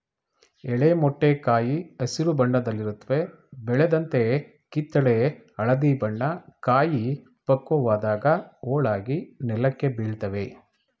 ಎಳೆ ಮೊಟ್ಟೆ ಕಾಯಿ ಹಸಿರು ಬಣ್ಣದಲ್ಲಿರುತ್ವೆ ಬೆಳೆದಂತೆ ಕಿತ್ತಳೆ ಹಳದಿ ಬಣ್ಣ ಕಾಯಿ ಪಕ್ವವಾದಾಗ ಹೋಳಾಗಿ ನೆಲಕ್ಕೆ ಬೀಳ್ತವೆ